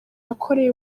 yakoreye